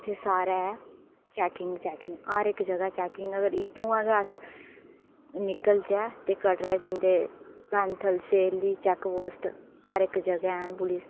उत्थै सारै checking checking हर एक्क जगह चैकिंग अगर इत्थुआं के अस निकलचे ते कटड़ा जंदे पैंथल सेरली चैक पोस्ट हर एक्क जगह हैन पुलिस